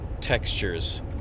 textures